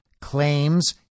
claims